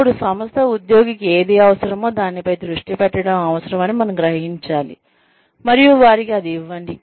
అప్పుడు సంస్థ ఉద్యోగికి ఏది అవసరమో దానిపై దృష్టి పెట్టడం అవసరం అని మనము గ్రహించాలి మరియు వారికి అది ఇవ్వండి